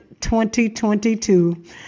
2022